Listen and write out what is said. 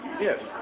Yes